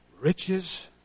riches